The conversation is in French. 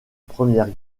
première